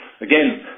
Again